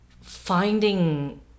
finding